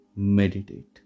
Meditate